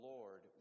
Lord